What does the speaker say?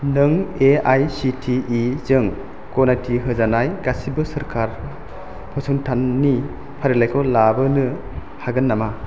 नों एआइसिटिइजों गनायथि होजानाय गासैबो सोरखारि फसंथाननि फारिलाइखौ लाबोनो हागोन नामा